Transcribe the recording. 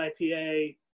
IPA